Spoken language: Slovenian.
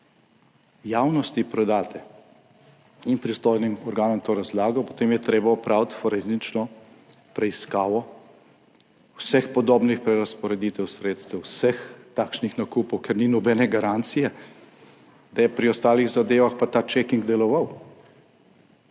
javnosti predate in pristojnim organom to razlago, potem je treba opraviti forenzično preiskavo vseh podobnih prerazporeditev sredstev, vseh takšnih nakupov, ker ni nobene garancije, da je pri ostalih zadevah pa ta checking deloval.